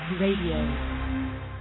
Radio